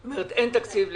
כלומר אם אין תקציב ל-2020.